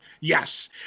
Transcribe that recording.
Yes